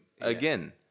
again